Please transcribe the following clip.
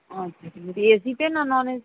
আচ্ছা এসিতে না নন এসি